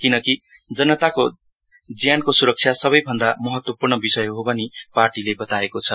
किनकि जनताको ज्यानको सुरक्षा सबै भन्द महत्वपूर्ण विषय हो भनी पार्टीले बताएको छ